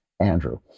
Andrew